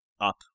up